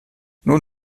nun